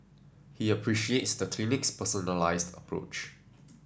he appreciates the clinic's personalised approach